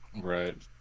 Right